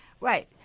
Right